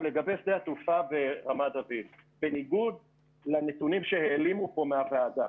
לגבי שדה התעופה ברמת דוד בניגוד לנתונים שהעלימו פה מהוועדה,